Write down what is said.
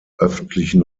öffentlichen